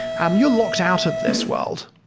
um you're locked out of this world,